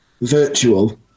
virtual